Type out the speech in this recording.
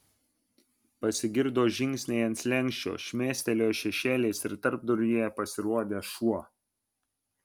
pasigirdo žingsniai ant slenksčio šmėstelėjo šešėlis ir tarpduryje pasirodė šuo